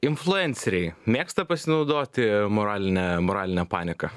influenceriai mėgsta pasinaudoti moraline moraline panika